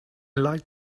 like